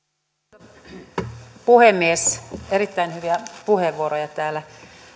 arvoisa puhemies erittäin hyviä puheenvuoroja täällä